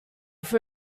for